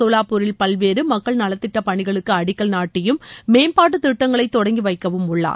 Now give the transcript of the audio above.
சோலாப்பூரில் பல்வேறு மக்கள் நலத்திட்ட பணிகளுக்கு அடிக்கல் நாட்டியும் மேம்பாட்டுத் திட்டங்களை தொடங்கி வைக்கவும் உள்ளார்